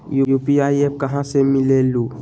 UPI app कहा से मिलेलु?